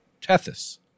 Tethys